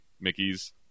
Mickey's